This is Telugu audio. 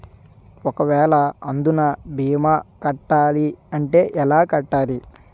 ఒక వేల అందునా భీమా కట్టాలి అంటే ఎలా కట్టాలి?